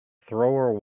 thrower